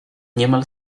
niemal